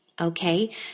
Okay